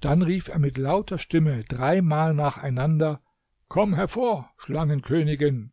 dann rief er mit lauter stimme dreimal nacheinander komm hervor schlangenkönigin